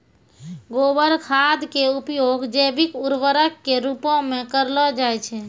गोबर खाद के उपयोग जैविक उर्वरक के रुपो मे करलो जाय छै